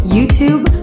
YouTube